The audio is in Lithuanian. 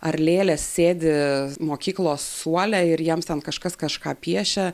ar lėlės sėdi mokyklos suole ir jiems ten kažkas kažką piešia